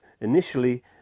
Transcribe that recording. initially